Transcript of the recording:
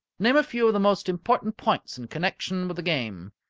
name a few of the most important points in connection with the game.